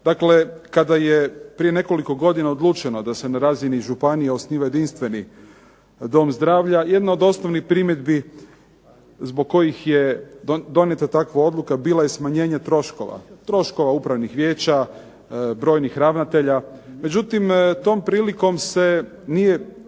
Dakle, kada je prije nekoliko godina odlučeno da se na razini županija osniva jedinstveni dom zdravlja jedna od osnovnih primjedbi zbog kojih je donijeta takva odluka bila je smanjenje troškova, troškova upravnih vijeća, brojnih ravnatelja. Međutim, tom prilikom se nije